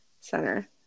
center